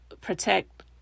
protect